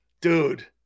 Dude